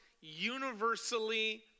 universally